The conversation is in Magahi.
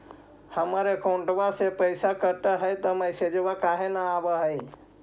हमर अकौंटवा से पैसा कट हई त मैसेजवा काहे न आव है?